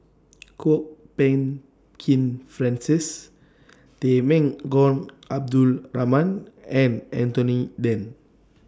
Kwok Peng Kin Francis Temenggong Abdul Rahman and Anthony Then